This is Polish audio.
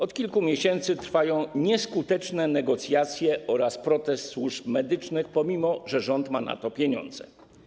Od kilku miesięcy trwają nieskuteczne negocjacje oraz protest służb medycznych, pomimo że rząd ma pieniądze.